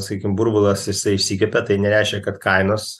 sykim burbulas jisai išsikvėpė tai nereiškia kad kainos